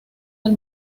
del